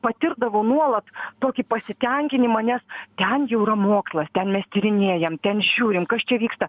patirdavau nuolat tokį pasitenkinimą nes ten jau yra mokslas ten mes tyrinėjam ten žiūrim kas čia vyksta